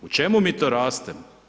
U čemu mi to rastemo?